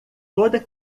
toda